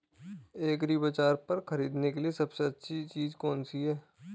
एग्रीबाज़ार पर खरीदने के लिए सबसे अच्छी चीज़ कौनसी है?